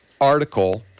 article